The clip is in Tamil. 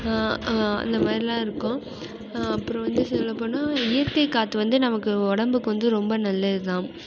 அந்த மாதிரிலான் இருக்கும் அப்புறம் வந்து சொல்ல போனால் இயற்கை காற்று வந்து நமக்கு உடம்புக்கு வந்து ரொம்ப நல்லதுதான்